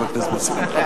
חבר הכנסת פרץ,